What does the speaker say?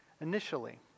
initially